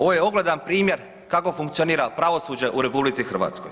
Ovo je ogledan primjer kako funkcionira pravosuđe u RH.